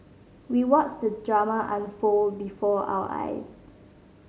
we watched the drama unfold before our eyes